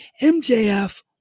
MJF